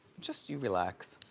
just you relax.